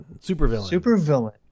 Supervillain